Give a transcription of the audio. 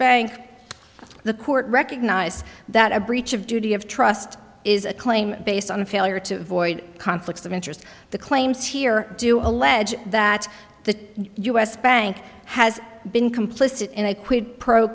bank the court recognise that a breach of duty of trust is a claim based on a failure to avoid conflicts of interest the claims here do allege that the us bank has been complicit in a quid pro